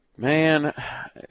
Man